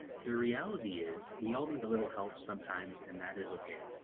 the reality is. we all need a little help sometimes and that is okay.